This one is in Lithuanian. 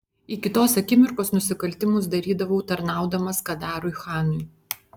iki tos akimirkos nusikaltimus darydavau tarnaudamas kadarui chanui